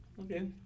Okay